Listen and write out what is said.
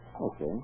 Okay